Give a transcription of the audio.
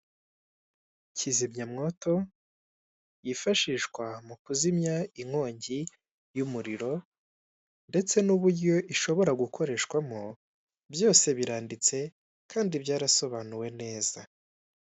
Kizimyamoto yifashishwa mu kuzimya inkongi y'umuriro ndetse n'uburyo ishobora gukoreshwamo byose biranditse kandi byarasobanuwe neza.